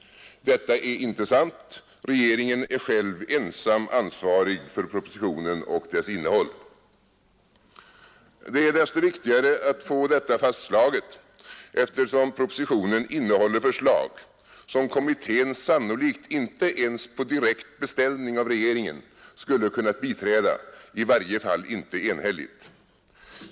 Detta är inte sant. Regeringen är själv ensam ansvarig för propositionen och dess innehåll. Det är desto viktigare att få detta fastslaget eftersom propositionen innehåller förslag som kommittén sannolikt inte ens på direkt beställning av regeringen skulle kunnat biträda, i varje fall inte enhälligt.